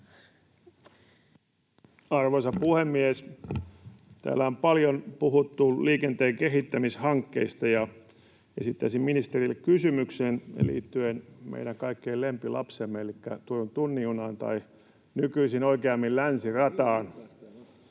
Arvoisa puhemies! Täällä on paljon puhuttu liikenteen kehittämishankkeista, ja esittäisin ministerille kysymyksen liittyen meidän kaikkien lempilapseemme elikkä Turun tunnin junaan — tai nykyisin oikeammin länsirataan.